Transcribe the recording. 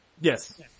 Yes